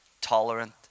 tolerant